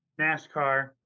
NASCAR